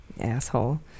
Asshole